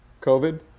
COVID